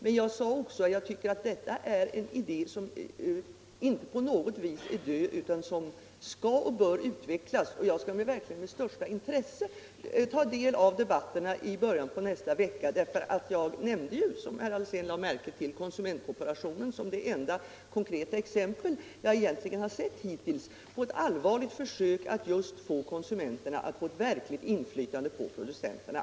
Men jag sade också att jag tycker att detta är en idé som inte på något vis är död, utan som skall och bör utvecklas. Jag skall verkligen med största intresse ta del av debatterna i början på nästa vecka. Jag nämnde ju, som herr Alsén lade märke till, konsumentkooperationen som det enda konkreta exempel jag har sett hittills på ett allvarligt försök att just få konsumenterna att få verkligt inflvtande på producenterna.